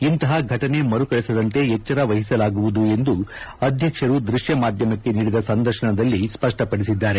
ಇಂತಹ ಘಟನೆ ಮರುಕಳಿಸದಂತೆ ಎಚ್ಚರ ವಹಿಸಲಾಗುವುದು ಎಂದು ಅಧ್ಧಕ್ಷರು ದೃಷ್ಠ ಮಾಧ್ಯಮಕ್ಕೆ ನೀಡಿದ ಸಂದರ್ಶನದಲ್ಲಿ ಸ್ಪಷ್ಟಪಡಿಸಿದ್ದಾರೆ